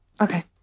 Okay